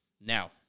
Now